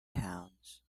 towns